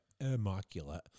immaculate